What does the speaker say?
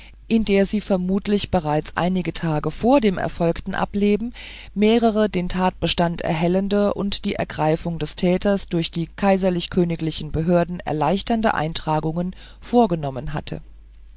in der sie vermutlich bereits einige tage vor erfolgtem ableben mehrere den tatbestand erhellende und die ergreifung des täters durch die k k behörden erleichternde eintragungen vorgenommen hatte